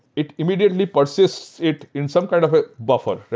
it immediately persists it in some kind of a buffer.